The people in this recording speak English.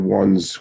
ones